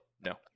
no